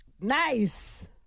Nice